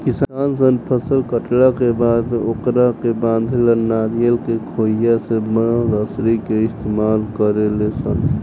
किसान सन फसल काटला के बाद ओकरा के बांधे ला नरियर के खोइया से बनल रसरी के इस्तमाल करेले सन